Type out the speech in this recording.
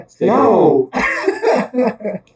no